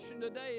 today